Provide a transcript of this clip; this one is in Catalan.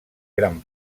gran